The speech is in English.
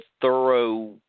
thorough